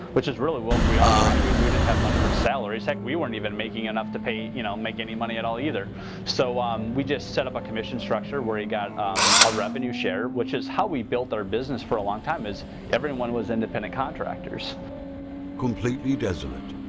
which is really what we all were anyways we didn't have money for salaries. heck, we weren't even making enough to pay you know make any money at all either so um we just set up a commission structure where he got um a revenue share which is how we built our business for a long time as everyone was independent contractors. narrator completely desolate,